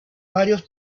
varios